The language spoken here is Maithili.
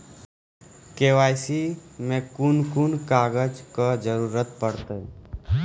के.वाई.सी मे कून कून कागजक जरूरत परतै?